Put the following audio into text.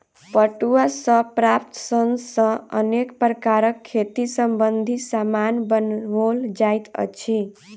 पटुआ सॅ प्राप्त सन सॅ अनेक प्रकारक खेती संबंधी सामान बनओल जाइत अछि